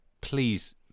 please